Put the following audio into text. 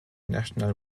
national